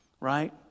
Right